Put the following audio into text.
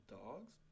dogs